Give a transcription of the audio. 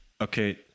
Okay